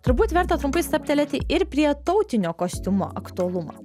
turbūt verta trumpai stabtelėti ir prie tautinio kostiumo aktualumo